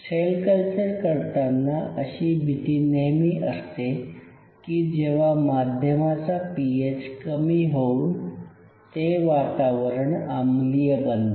sale culture करतांना अशी भिती नेहमी असते की जेव्हा माध्यमाचा पीएच कमी होऊन ते वातावरण आम्लीय बनते